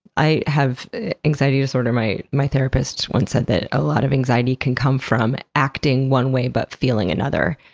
i have anxiety disorder. my my therapist once said that a lot of anxiety can come from acting one way but feeling another,